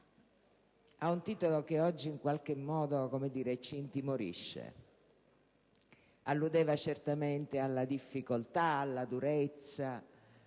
ha un titolo che oggi in qualche modo ci intimorisce; alludeva certamente alla difficoltà, alla durezza